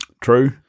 True